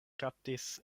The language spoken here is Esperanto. kaptis